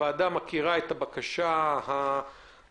הוועדה מכירה את הבקשה המקורית